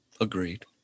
Agreed